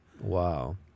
Wow